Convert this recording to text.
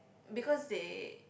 because they